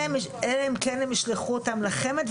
אלא אם כן הם ישלחו אותם לחמ"ד.